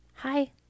Hi